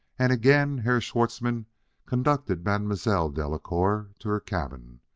and again herr schwartzmann conducted mademoiselle delacouer to her cabin,